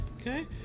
okay